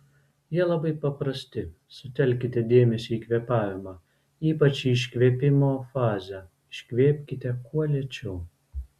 jie labai paprasti sutelkite dėmesį į kvėpavimą ypač į iškvėpimo fazę iškvėpkite kuo lėčiau